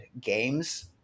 games